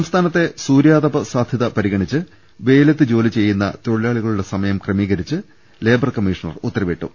സംസ്ഥാനത്തെ സൂര്യാതപ സാധ്യത പരിഗണിച്ച് വെയി ലത്ത് ജോലി ചെയ്യുന്ന തൊഴിലാളികളുടെ സമയം ക്രമീക രിച്ച് ലേബർ കമ്മീഷണർ ഉത്തരവിട്ടു